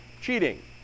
Cheating